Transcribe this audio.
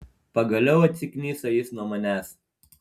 pagaliau atsikniso jis nuo manęs